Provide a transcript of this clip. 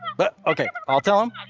but ok, but i'll tell him.